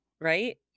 right